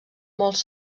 molts